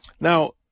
Now